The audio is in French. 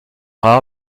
rare